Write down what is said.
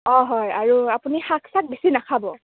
অঁ হয় আৰু আপুনি শাক চাক বেছি নাখাব